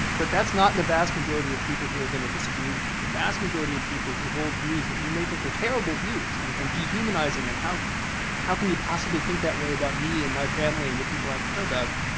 but that's not the vast majority of people who are going to disagree with you. the vast majority of people who hold views that you may think are terrible views and and dehumanizing and how and how can you possibly think that way about me and my family and the people i care about,